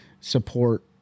support